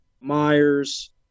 Myers